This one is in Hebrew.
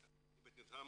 אני באמת נדהם,